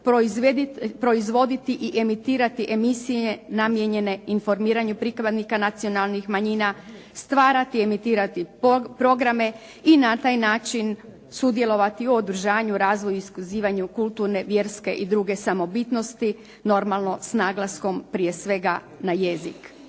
proizvoditi i emitirati emisije namijenjene informiranju pripadnika nacionalnih manjina, stvarati i emitirati programe i na taj način sudjelovati u održanju, razvoju i iskazivanju kulturne, vjerske i druge samobitnosti normalno s naglaskom prije svega na jezik.